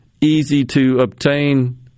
easy-to-obtain